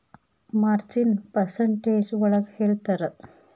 ಮಾರ್ಜಿನ್ನ percentage ಒಳಗ ಹೇಳ್ತರ